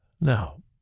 Now